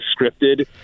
scripted